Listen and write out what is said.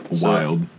wild